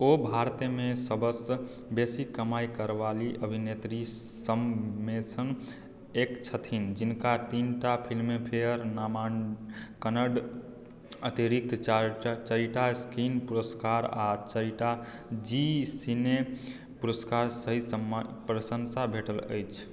ओ भारतमे सबसँ बेसी कमाई करयवाली अभिनेत्री सभमेसँ एक छथिन जिनका तीनटा फिल्मफेयर नामाङ्कनक अतिरिक्त चारिटा स्क्रीन पुरस्कार आ चारिटा ज़ी सिने पुरस्कार सहित प्रशन्सा भेटल अछि